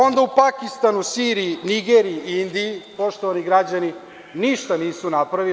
Onda u Pakistanu, Siriji, Nigeriji, Indiji, poštovani građani, ništa nisu napravili.